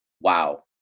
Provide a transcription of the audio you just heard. Wow